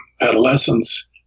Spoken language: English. Adolescence